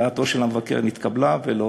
דעתו של המבקר נתקבלה ולא